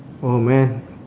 oh man